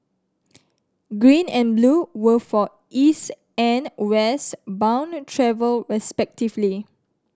green and blue were for East and West bound travel respectively